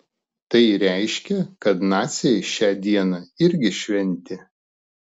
tai reiškia kad naciai šią dieną irgi šventė